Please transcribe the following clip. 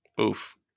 Oof